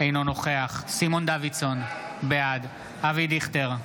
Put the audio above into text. אינו נוכח סימון דוידסון, בעד אבי דיכטר,